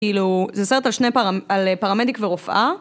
כאילו זה סרט על שני... על פרמדיק ורופאה